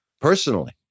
personally